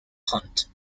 hunt